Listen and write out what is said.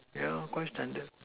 ya quite standard